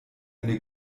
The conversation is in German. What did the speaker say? eine